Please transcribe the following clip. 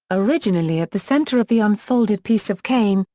originally at the center of the unfolded piece of cane,